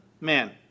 man